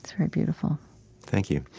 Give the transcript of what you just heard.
very beautiful thank you.